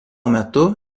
metu